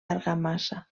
argamassa